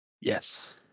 Yes